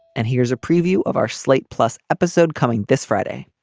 and here's a preview of our slate plus episode coming this friday.